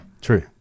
True